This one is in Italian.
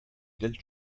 del